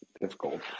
difficult